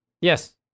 Yes